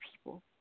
people